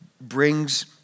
brings